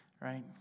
right